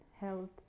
health